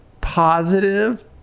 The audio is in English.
positive